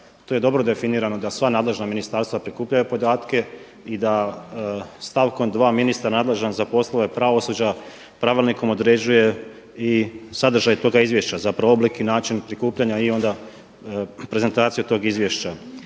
to je dobro definirano da sva nadležna ministarstva prikupljaju podatke i da stavkom dva ministar nadležan za poslove pravosuđa pravilnikom određuje i sadržaj toga izvješća, zapravo oblik i način prikupljanja i onda prezentaciju tog izvješća.